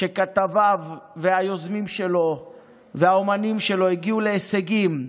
שכתביו והיוזמים שלו והאומנים שלו הגיעו להישגים: